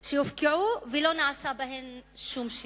שהופקעו ולא נעשה בהן שום שימוש.